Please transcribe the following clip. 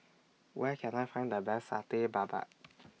Where Can I Find The Best Satay Babat